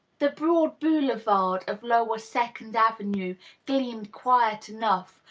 the broad boulevard of lower second avenue gleamed quiet enough,